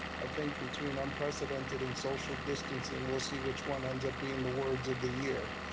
i think between unprecedented and social distancing, we'll see which one ends up being the words of the year,